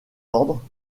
ordre